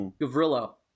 Gavrilo